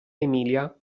emilia